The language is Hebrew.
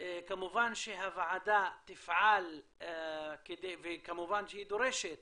כמובן שהוועדה תפעל והיא דורשת